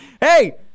hey